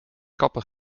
kapper